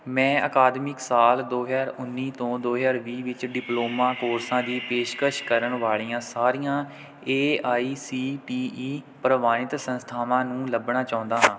ਮੈਂ ਅਕਾਦਮਿਕ ਸਾਲ ਦੋ ਹਜ਼ਾਰ ਉੱਨੀ ਤੋਂ ਦੋ ਹਜ਼ਾਰ ਵੀਹ ਵਿੱਚ ਡਿਪਲੋਮਾ ਕੋਰਸਾਂ ਦੀ ਪੇਸ਼ਕਸ਼ ਕਰਨ ਵਾਲੀਆਂ ਸਾਰੀਆਂ A I C T E ਪ੍ਰਵਾਨਿਤ ਸੰਸਥਾਵਾਂ ਨੂੰ ਲੱਭਣਾ ਚਾਹੁੰਦਾ ਹਾਂ